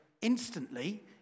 instantly